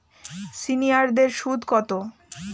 সিনিয়ারদের সুদ কত?